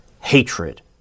hatred